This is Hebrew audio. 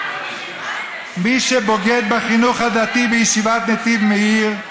מי שבוגד בחינוך הדתי בישיבת נתיב מאיר,